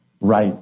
right